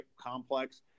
complex